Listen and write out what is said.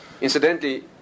Incidentally